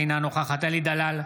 אינה נוכחת אלי דלל,